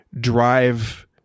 drive